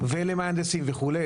לרופאים ולמהנדסים וכולה,